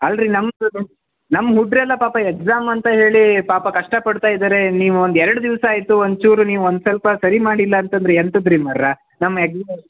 ಅಲ್ಲ ರೀ ನಮ್ದು ಅದು ನಮ್ಮ ಹುಡ್ಗ್ರೆಲ್ಲ ಪಾಪ ಎಕ್ಸಾಮ್ ಅಂತ ಹೇಳಿ ಪಾಪ ಕಷ್ಟಪಡ್ತಾಯಿದ್ದಾರೆ ನೀವು ಒಂದು ಎರಡು ದಿವಸ ಆಯಿತು ಒಂಚೂರು ನೀವು ಒಂದು ಸ್ವಲ್ಪ ಸರಿ ಮಾಡಿಲ್ಲ ಅಂತಂದರೆ ಎಂಥದ್ದು ರೀ ಮಾರ್ರಾ